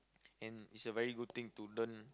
and it's a very good thing to learn